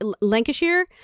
Lancashire